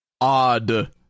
odd